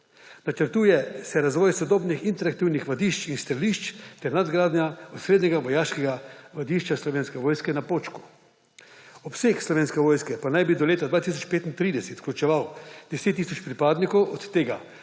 Načrtuje se razvoj sodobnih interaktivnih vadišč in strelišč ter nadgradnja osrednjega vojaškega vadišča Slovenske vojske na Počku. Obseg Slovenske vojske pa naj bi do leta 2035 vključeval 10 tisoč pripadnikov, od tega